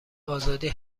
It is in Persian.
آزادی